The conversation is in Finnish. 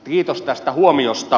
kiitos tästä huomiosta